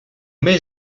mai